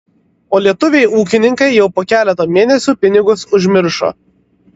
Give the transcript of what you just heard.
o lietuviai ūkininkai jau po keleto mėnesių pinigus užmiršo